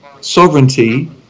sovereignty